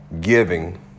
giving